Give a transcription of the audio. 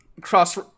cross